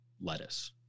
lettuce